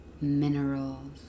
minerals